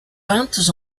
peintes